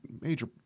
major